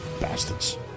Bastards